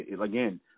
Again